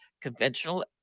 conventional